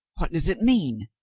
what does it mean?